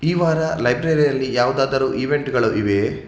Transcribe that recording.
ಈ ವಾರ ಲೈಬ್ರೆರಿಯಲ್ಲಿ ಯಾವುದಾದರೂ ಈವೆಂಟ್ಗಳು ಇವೆಯೇ